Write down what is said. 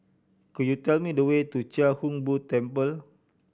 could you tell me the way to Chia Hung Boo Temple